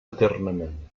eternament